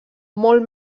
molt